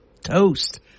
Toast